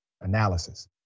analysis